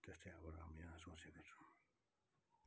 त्यस्तै अब यहाँ सोचेको छु